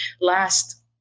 last